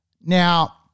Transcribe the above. now